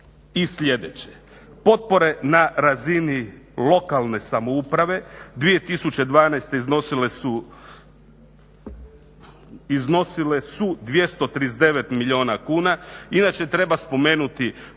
i sljedeće, potpore na razini lokalne samouprave 2012. iznosile su 239 milijuna kuna. Inače, treba spomenuti